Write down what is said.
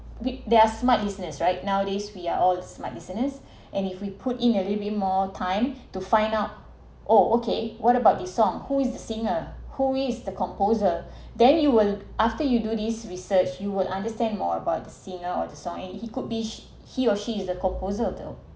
we their smart listeners right nowadays we are all smart listeners and if we put in a little bit more time to find out oh okay what about the song who is the singer who is the composer then you will after you do this research you will understand more about the singer or the song and he could be he or she is the composer to